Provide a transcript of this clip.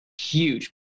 huge